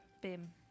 Bim